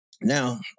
now